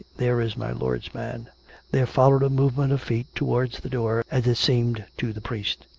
there is my lord's man there followed a movement of feet towards the door, as it seemed to the priest.